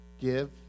give